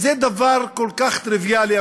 זה דבר כל כך טריוויאלי,